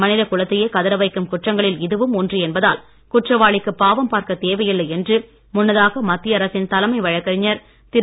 மனித குலத்தையே கதறவைக்கும் குற்றங்களில் இதுவும் ஒன்று என்பதால் குற்றவாளிக்கு பாவம் பார்க்க தேவையில்லை என்று முன்னதாக மத்திய அரசின் தலைமை வழக்கறிஞர் திரு